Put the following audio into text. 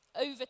over